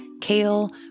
Kale